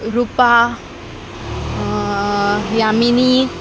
Rupa Yemeni